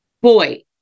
Boy